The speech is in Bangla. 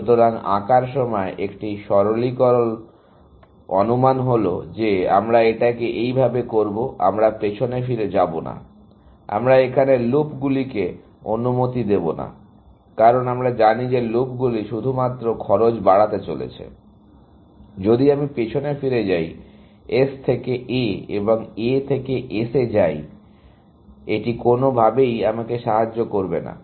সুতরাং আঁকার সময় একটি সরলীকরণ অনুমান হলো যে আমরা এটাকে এইভাবে করবো আমরা পেছনে ফিরে যাব না আমরা এখানে লুপগুলিকে অনুমতি দেব না কারণ আমরা জানি যে লুপগুলি শুধুমাত্র খরচ বাড়াতে চলেছে । সুতরাং যদি আমি পেছনে ফিরে যাই S থেকে A এবং A থেকে S তে যাই এটি কোনোভাবেই আমাকে সাহায্য করবে না